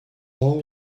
all